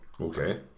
Okay